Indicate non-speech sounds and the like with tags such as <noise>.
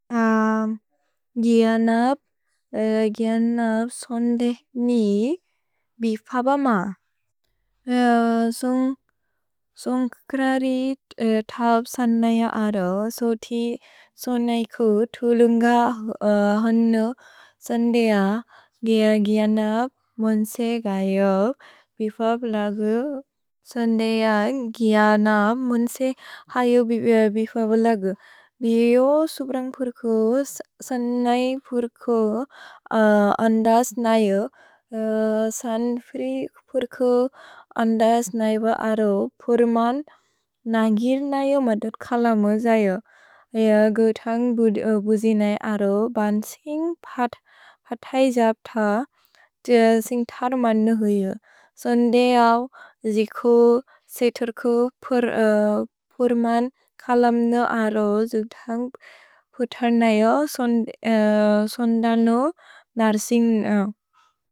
गिअ न्प्, गिअ न्प् सोन्देह् नि बिफबम। स्न्ग्क्ररि त्प् सन्नैअ अरो, सोति सोनैकु थुलुन्ग होन्नु सोन्देअ गिअ गिअ न्प् मुन्से गय बिफब् लगु। सोन्देअ गिअ न्प् मुन्से हय बिफब् लगु। भियो सुब्रन्ग्पुर्कु सन्नैपुर्कु अन्दस् न्इअ। सन्नैपुर्कु अन्दस् न्इव अरो पुर्मन् न्गिर् न्इअ मदुत् कलम ज्इअ। गौतन्ग् बुजि न्इ अरो बन्सिन्ग् पथै जप्त सिन्ग्थर्मन् नु हुइअ। सोन्देअ जिकु सेतुर्कु <hesitation> पुर्मन् कलम् नु अरो जुतन्ग् पुतर् न्इअ सोन्दनु नर्सिन्ग्।